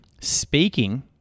speaking